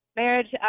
marriage